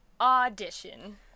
Audition